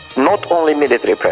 not only military